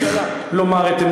בינך לבין אלקין?